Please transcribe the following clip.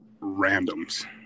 randoms